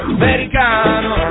americano